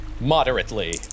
Moderately